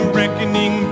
reckoning